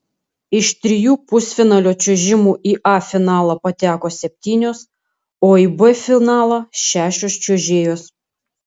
iš trijų pusfinalio čiuožimų į a finalą pateko septynios o į b finalą šešios čiuožėjos